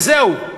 וזהו.